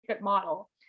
model